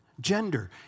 Gender